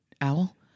owl